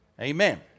Amen